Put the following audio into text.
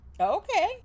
Okay